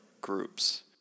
groups